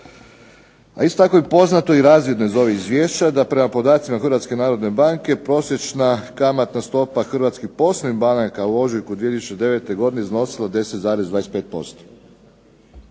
A isto tako je poznato i razvidno iz ovih izvješća da prema podacima Hrvatske narodne banke prosječna kamatna stopa hrvatskih poslovnih banaka u ožujku 2009. godine iznosila 10,25%,